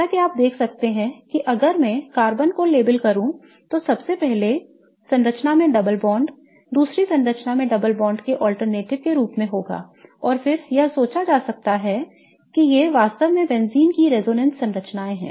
जैसा कि आप देख सकते हैं की अगर मैं कार्बन को label करूं तो पहले संरचना में डबल बांड दूसरी संरचना में डबल बांड के अल्टरनेटिव रूप में होगा और फिर यह सोचा जा सकता है कि ये वास्तव में बेंजीन की रेजोनेंस संरचनाएं हैं